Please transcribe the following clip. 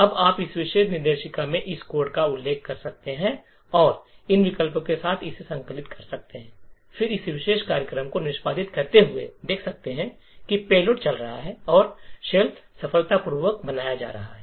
अब आप इस विशेष निर्देशिका में इस कोड का उल्लेख कर सकते हैं और इन विकल्पों के साथ इसे संकलित कर सकते हैं और फिर इस विशेष कार्यक्रम को निष्पादित करते हुए देख सकते हैं कि पेलोड चल रहा है और शेल सफलतापूर्वक बनाया जा रहा है